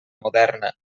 moderna